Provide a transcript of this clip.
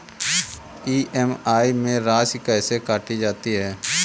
EMI में राशि कैसे काटी जाती है?